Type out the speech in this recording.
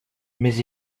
mais